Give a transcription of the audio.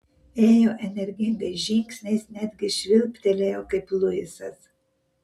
ėjo energingais žingsniais netgi švilptelėjo kaip luisas